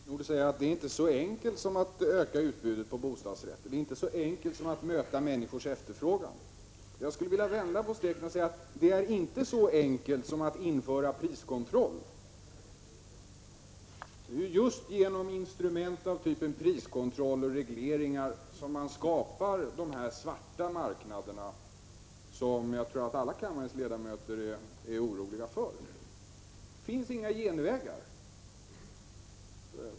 Fru talman! Nils Nordh säger att det inte är så enkelt som att öka utbudet av bostadsrätter och att möta människors efterfrågan. Jag vill vända på steken och säga att det inte är så enkelt som att införa priskontroll. Det är just genom instrument av typen priskontroll och regleringar som de svarta marknaderna skapas, som alla kammarens ledamöter är oroliga för. Det finns inga genvägar.